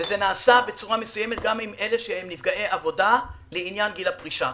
זה נעשה בצורה מסוימת גם עם אלה שהם נפגעי עבודה לעניין גיל הפרישה.